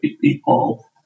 people